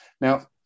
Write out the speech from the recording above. Now